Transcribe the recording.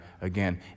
again